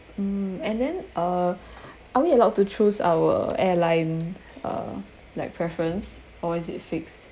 um and then uh are we allowed to choose our airline uh like preference or is it fixed